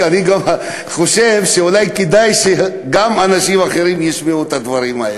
אני חושב שאולי כדאי שגם אנשים אחרים ישמעו את הדברים האלה.